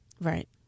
Right